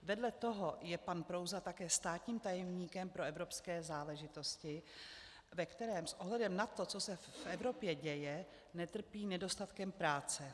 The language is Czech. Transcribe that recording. Vedle toho je pan Prouza také státním tajemníkem pro evropské záležitosti, ve kterém s ohledem na to, co se v Evropě děje, netrpí nedostatkem práce.